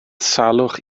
salwch